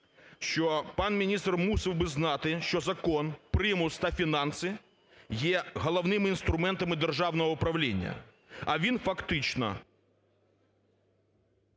що пан міністр мусив би знати, що закон, примус та фінанси є головними інструментами державного управління, а він фактично…